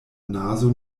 nazo